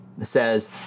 says